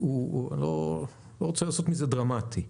אני לא רוצה לעשות אותו דרמטי.